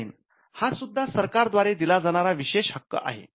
design हा सुद्धा सरकार द्वारे दिला जाणारा विशेष हक्क आहे